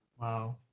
Wow